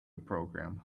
program